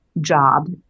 job